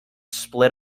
split